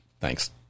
Thanks